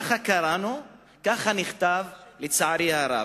ככה קראנו, ככה נכתב, לצערי הרב.